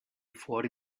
fuori